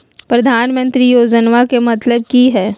प्रधानमंत्री योजनामा के मतलब कि हय?